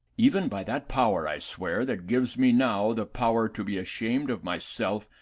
even by that power i swear, that gives me now the power to be ashamed of my self,